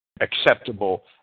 Acceptable